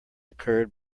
occurred